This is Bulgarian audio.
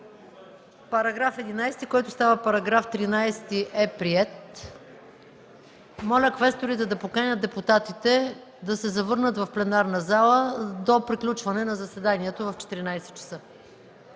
Параграф 11, който става § 13 е приет. Моля, квесторите да поканят депутатите да се завърнат в пленарната зала до приключване на заседанието в 14,00 ч.